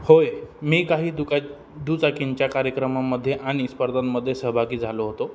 होय मी काही दुका दुचाकींच्या कार्यक्रमांमध्ये आणि स्पर्धांमध्ये सहभगी झालो होतो